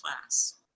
class